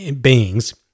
beings